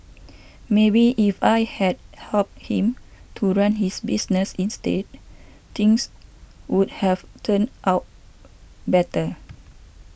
maybe if I had helped him to run his business instead things would have turned out better